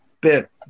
bit